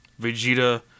Vegeta